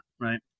Right